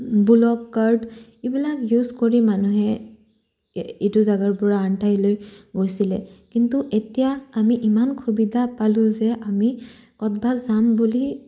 block card এইবিলাক use কৰি মানুহে এইটো জাগাৰ পৰা আনঠাইলৈ গৈছিলে কিন্তু এতিয়া আমি ইমান সুবিধা পালোঁ যে আমি কতবা যাম বুলি